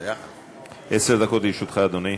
עשר דקות לרשותך, אדוני.